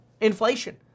inflation